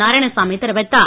நாராயணசாமி தெரிவித்தார்